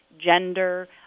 gender